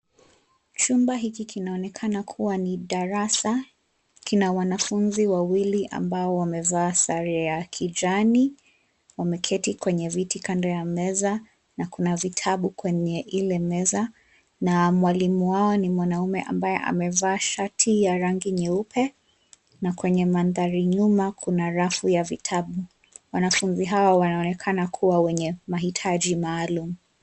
Chumba hiki kinaonekana kuwa ni darasa. Kina wanafunzi wawili ambao wamevaa sare ya kijani. Wameketi kwenye viti kando ya meza, na kuna vitabu kwenye meza ile na mwalimu wao ni mwanamume ambaye amevaa shati la rangi nyeupe. Kwenye mandhari nyuma kuna rafu ya vitabu. Wanafunzi hawa wanaonekana kuwa wenye mahitaji maalum.